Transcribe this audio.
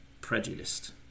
prejudiced